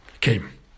came